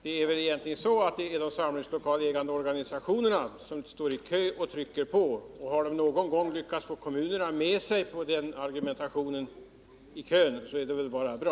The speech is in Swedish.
Det är väl egentligen de samlingslokalsägande organisationerna som står i kö och som trycker på. Men har de någon gång lyckats få kommuner att ställa upp bakom sin argumentation i denna kö är det väl bara bra.